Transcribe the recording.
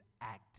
active